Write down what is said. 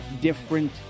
different